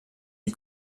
wie